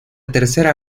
tercera